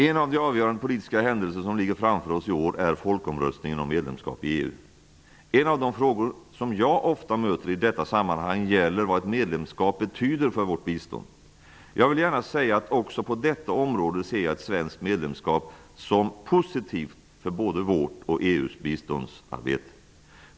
En av de avgörande politiska händelser som ligger framför oss i år är folkomröstningen om medlemskap i EU. En av de frågor som jag ofta möter i detta sammanhang gäller vad ett medlemskap betyder för vårt bistånd. Jag vill gärna säga att också på detta område ser jag ett svenskt medlemskap som positivt för både vårt och EU:s biståndsarbete.